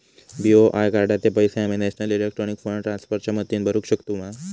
BOI कार्डाचे पैसे आम्ही नेशनल इलेक्ट्रॉनिक फंड ट्रान्स्फर च्या मदतीने भरुक शकतू मा?